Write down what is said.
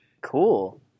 cool